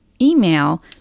email